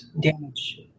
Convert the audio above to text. damage